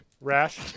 Rash